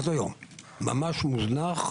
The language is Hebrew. הוא ממש מוזנח,